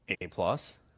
A-plus